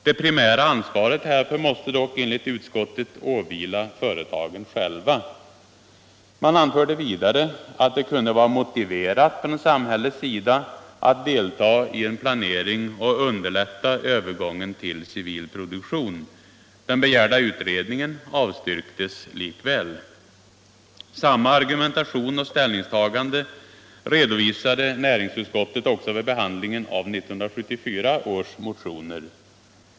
Det primära ansvaret härför måste dock, enligt utskottet, åvila företagen själva. Man anförde vidare att det kunde vara motiverat att samhället deltar i en planering och underlättar övergången till civil produktion. Den begärda utredningen avstyrktes likväl. Samma argumentation och ställningstagande redovisade näringsutskottet vid behandling av 1974 års motioner.